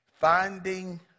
Finding